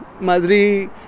Madrid